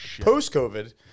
Post-COVID